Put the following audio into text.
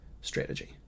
strategy